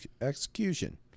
execution